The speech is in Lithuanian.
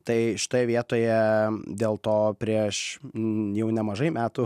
tai štai vietoje dėl to prieš jau nemažai metų